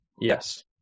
Yes